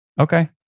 Okay